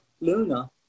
Luna